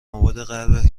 آبادغرب